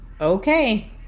okay